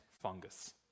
fungus